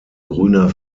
grüner